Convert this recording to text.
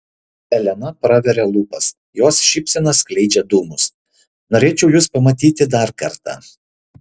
elena praveria lūpas jos šypsena skleidžia dūmus norėčiau jus pamatyti dar kartą